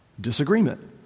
Disagreement